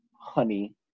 honey